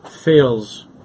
fails